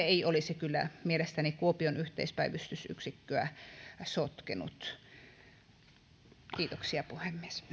ei ole kyllä mielestäni kuopion yhteispäivystysyksikköä sotkenut kiitoksia puhemies